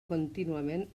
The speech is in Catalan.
contínuament